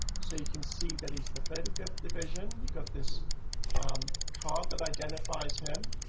so you can see that he's the thirty fifth division, you've got this um card that identifies him.